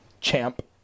Champ